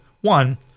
one